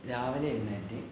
രാവിലെ എഴുന്നേറ്റ്